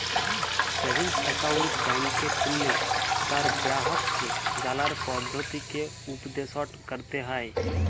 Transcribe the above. savings account ব্যাংকে খুললে তার গেরাহককে জালার পদধতিকে উপদেসট ক্যরতে হ্যয়